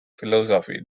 philosophy